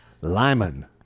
Lyman